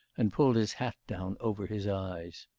and pulled his hat down over his eyes.